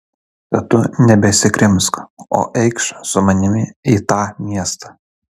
tad tu nebesikrimsk o eikš su manimi į tą miestą